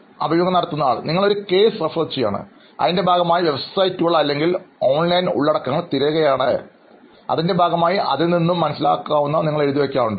അഭിമുഖം നടത്തുന്നയാൾ നിങ്ങൾ ഒരു കേസ് റഫർ ചെയ്യുകയാണ് അതിൻറെ ഭാഗമായി വെബ്സൈറ്റുകൾ അല്ലെങ്കിൽ ഓൺലൈൻ ഉള്ളടക്കങ്ങൾ തിരയുകയാണ് അതിൻറെ ഭാഗമായി അതിൽ നിന്നും മനസ്സിലാക്കുന്നവ നിങ്ങൾ എഴുതി വെക്കാറുണ്ടോ